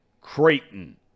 Creighton